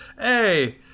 hey